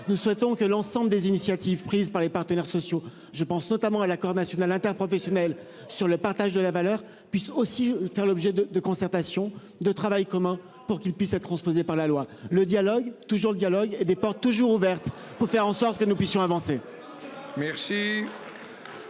nous souhaitons que l'ensemble des initiatives prises par les partenaires sociaux, je pense notamment à l'accord national interprofessionnel sur le partage de la valeur puisse aussi faire l'objet de de concertation de travail commun pour qu'il puisse être on faisait pas la loi, le dialogue, toujours le dialogue, et des portes toujours ouvertes pour faire en sorte que nous puissions avancer.